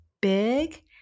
big